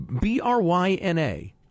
B-R-Y-N-A